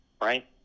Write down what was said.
right